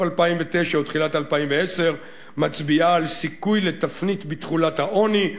2009 ותחילת 2010 מצביעה על סיכוי לתפנית בתחולת העוני,